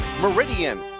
Meridian